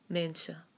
mensen